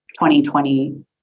2020